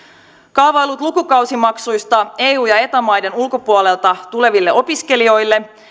kaavailut lukukausimaksuista eu ja eta maiden ulkopuolelta tuleville opiskelijoille